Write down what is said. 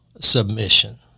submission